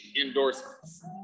endorsements